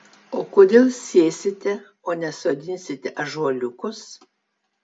o kodėl sėsite o ne sodinsite ąžuoliukus